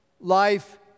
life